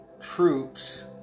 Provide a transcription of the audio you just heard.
troops